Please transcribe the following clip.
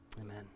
Amen